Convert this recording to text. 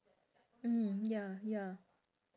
mm ya ya